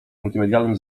multimedialnym